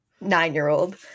nine-year-old